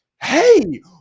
hey